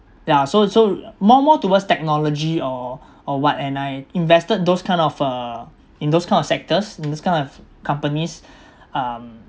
yeah so so more more towards technology or or what and I invested those kind of uh in those kind of sectors in those kind of companies um